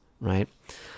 right